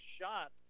shot